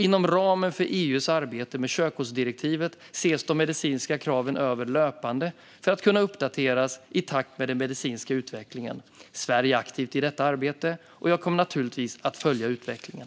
Inom ramen för EU:s arbete med körkortsdirektivet ses de medicinska kraven över löpande för att kunna uppdateras i takt med den medicinska utvecklingen. Sverige är aktivt i detta arbete. Jag kommer naturligtvis att följa utvecklingen.